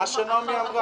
מה שנעמי אמרה.